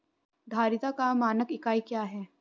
धारिता का मानक इकाई क्या है?